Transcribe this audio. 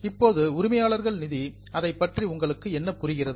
இப்போது உரிமையாளர்கள் நிதி அதைப் பற்றி உங்களுக்கு என்ன புரிகிறது